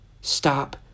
Stop